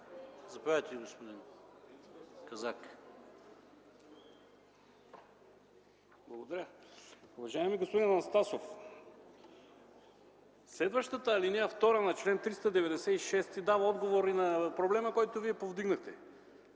заповядайте, господин Казак. ЧЕТИН КАЗАК (ДПС): Благодаря. Уважаеми господин Анастасов, следващата алинея втора на чл. 396 дава отговори на проблема, който Вие повдигнахте.